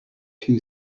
two